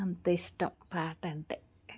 అంతిష్టం పాటంటే